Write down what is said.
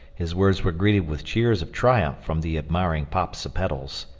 his words were greeted with cheers of triumph from the admiring popsipetels.